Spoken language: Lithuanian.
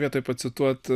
vietoj pacituot